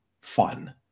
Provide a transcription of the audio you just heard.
fun